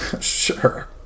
Sure